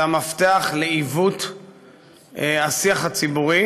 זה המפתח לעיוות השיח הציבורי.